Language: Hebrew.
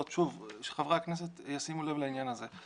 שחברי הכנסת ישימו לב לעניין הזה.